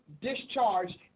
Discharged